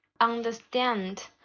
understand